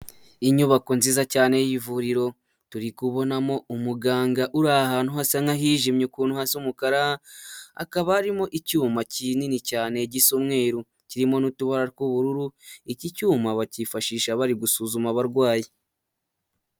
Inyubako nziza cyane y'ivuriro, turi kubonamo umuganga uri ahantu hasa nk'ahijimye ukuntu hasa umukara, hakaba harimo icyuma kinini cyane gisa umweru kirimo n'utubara tw'ubururu, iki cyuma bakifashisha bari gusuzuma abarwayi.